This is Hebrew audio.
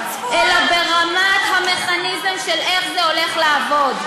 אלא ברמת המכניזם של איך זה הולך לעבוד.